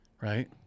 Right